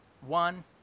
one